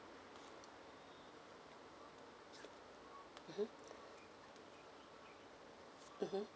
mmhmm mmhmm